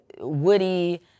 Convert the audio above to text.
Woody